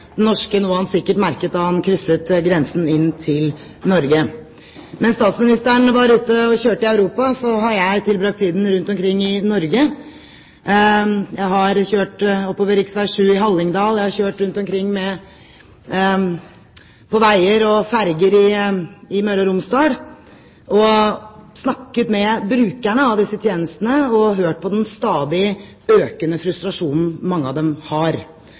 den norske, noe han sikkert merket da han krysset grensen inn til Norge. Mens statsministeren var ute og kjørte i Europa, tilbrakte jeg tiden rundt omkring i Norge. Jeg har kjørt oppover rv. 7 i Hallingdal, og jeg har kjørt rundt omkring på veier og ferjer i Møre og Romsdal. Jeg har snakket med brukerne av disse tjenestene og hørt på den stadig økende frustrasjonen mange av dem har.